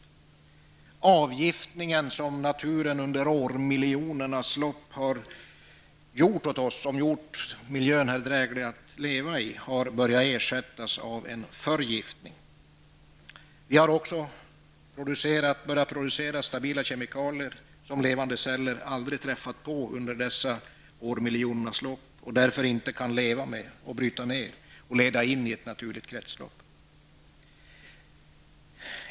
Den avgiftning som naturen under årmiljoners lopp har gjort åt oss och som gjort miljön dräglig att leva i, har börjat ersättas av en förgiftning. Vi har också börjat producera stabila kemikalier som levande celler aldrig tidigare träffat på under dessa årmiljoners lopp. De kan därför inte leva med dem, bryta ned och leda in dem i ett naturligt kretslopp.